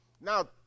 Now